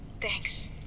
Thanks